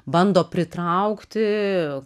bando pritraukti